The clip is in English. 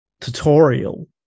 tutorial